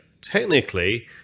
technically